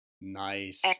Nice